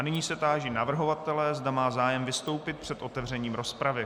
Nyní se táži navrhovatele, zda má zájem vystoupit před otevřením rozpravy.